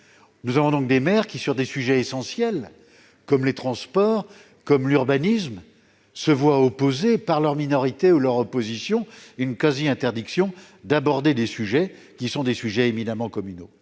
conséquent, certains maires, dans des secteurs essentiels comme les transports ou l'urbanisme, se voient opposer par leur minorité ou leur opposition une quasi-interdiction d'aborder des sujets qui sont éminemment communaux.